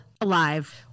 alive